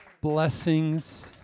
Blessings